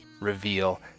reveal